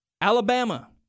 Alabama